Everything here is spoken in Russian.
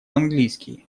английски